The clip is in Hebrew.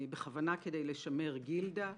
בכוונה כדי לשמר גילדה,